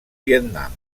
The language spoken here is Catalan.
vietnam